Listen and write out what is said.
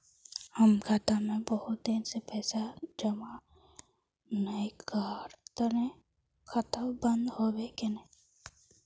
हम खाता में बहुत दिन से पैसा जमा नय कहार तने खाता बंद होबे केने?